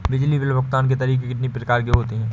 बिजली बिल भुगतान के तरीके कितनी प्रकार के होते हैं?